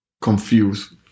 confused